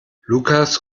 lukas